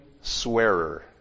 swearer